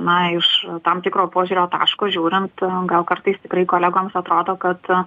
na iš tam tikro požiūrio taško žiūrint gal kartais tikrai kolegoms atrodo kad